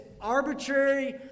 arbitrary